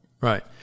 Right